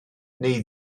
neu